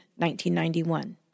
1991